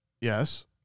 Yes